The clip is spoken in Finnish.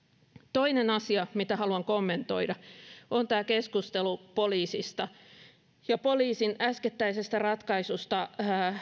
toinen asia mitä haluan kommentoida on tämä keskustelu poliisista ja poliisin äskettäisestä ratkaisusta